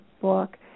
book